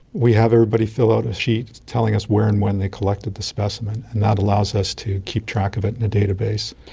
we have everybody fill out a sheet telling us where and when they collected the specimen, and that allows us to keep track of it and a database.